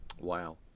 wow